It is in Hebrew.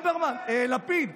לפיד,